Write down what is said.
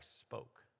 spoke